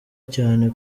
cyane